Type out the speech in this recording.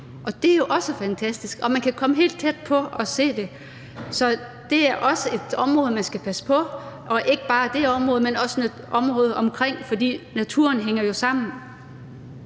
og det er jo også fantastisk, og man kan komme helt tæt på og se det. Så det er også et område, som man skal passe på, og ikke bare det område, men også området omkring det, fordi naturen jo hænger sammen.